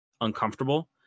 uncomfortable